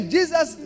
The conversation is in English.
Jesus